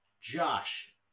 Josh